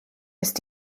ist